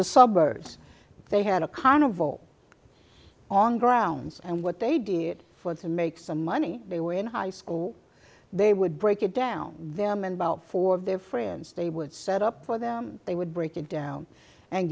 the suburbs they had a carnival on grounds and what they did for to make some money they were in high school they would break it down them and about four of their friends they would set up for them they would break it down and